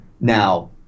now